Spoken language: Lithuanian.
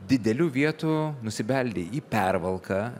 didelių vietų nusibeldei į pervalką